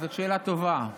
זאת שאלה טובה.